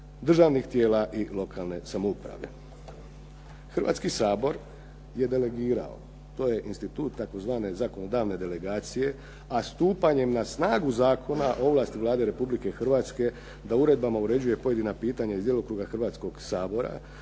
Hrvatski sabor je delegirao, to je institut tzv. zakonodavne delegacije a stupanje na snagu Zakona o ovlasti Vlade Republike Hrvatske da uredbama uređuje pojedina pitanja iz djelokruga Hrvatskoga sabora